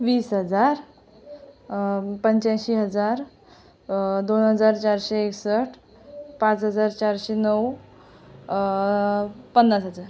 वीस हजार पंच्याऐंशी हजार दोन हजार चारशे एकसष्ट पाच हजार चारशे नऊ पन्नास हजार